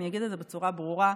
אני אגיד את זה בצורה ברורה,